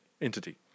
entity